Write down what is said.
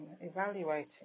evaluating